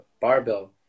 barbell